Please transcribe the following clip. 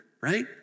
right